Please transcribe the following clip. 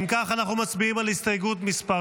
אם כך, אנחנו מצביעים על הסתייגות מס'